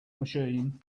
machine